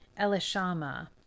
Elishama